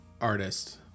artist